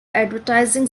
advertising